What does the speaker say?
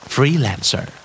Freelancer